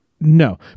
No